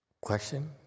Question